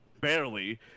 barely